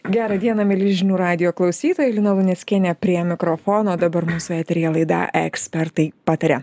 gerą dieną mieli žinių radijo klausytojai lina luneckienė prie mikrofono dabar mūsų eteryje laida ekspertai pataria